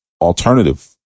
alternative